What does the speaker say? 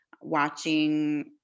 watching